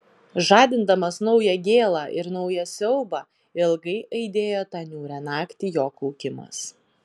žadindamas naują gėlą ir naują siaubą ilgai aidėjo tą niūrią naktį jo kaukimas